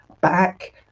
back